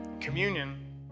communion